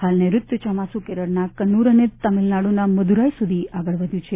હાલ નેઋત્યુ ચોમાસુ કેરળના કન્નુર તથા તમીળનાડુના મદુરાઈ સુધી આગળ વધ્યું છે